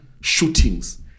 shootings